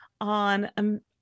on